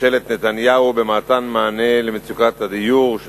ממשלת נתניהו במתן מענה למצוקת הדיור של